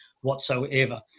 whatsoever